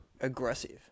aggressive